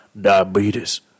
diabetes